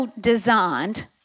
designed